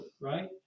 right